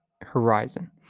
horizon